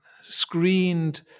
screened